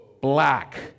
black